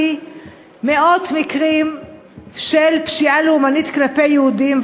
מאות מקרים של פשיעה לאומנית כלפי יהודים,